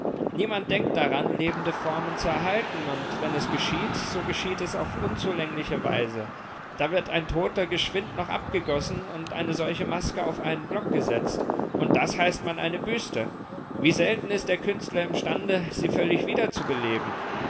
niemand denkt daran lebende formen zu erhalten und wenn es geschieht so geschieht es auf unzulängliche weise da wird ein toter geschwind noch abgegossen und eine solche maske auf einen block gesetzt und das heißt man eine büste wie selten ist der künstler imstande sie völlig wiederzubeleben sie